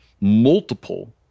multiple